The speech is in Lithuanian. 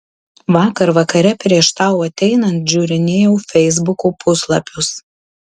vakar vakare prieš tau ateinant žiūrinėjau feisbuko puslapius